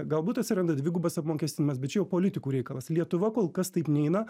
galbūt atsiranda dvigubas apmokestinimas bet čia jau politikų reikalas lietuva kol kas taip neina